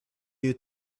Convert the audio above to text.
you